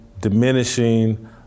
diminishing